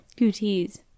Gooties